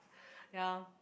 ya